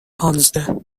پانزده